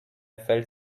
felt